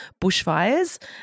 bushfires